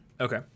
Okay